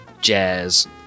jazz